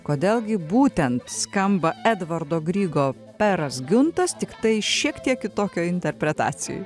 kodėl gi būtent skamba edvardo grygo peras giuntas tiktai šiek tiek kitokioj interpretacijoj